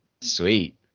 sweet